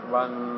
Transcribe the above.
one